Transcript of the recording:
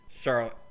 Charlotte